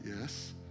Yes